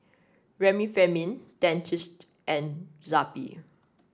Remifemin Dentiste and Zappy